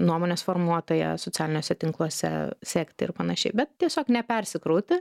nuomonės formuotoją socialiniuose tinkluose sekti ir panašiai bet tiesiog nepersikrauti